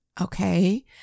Okay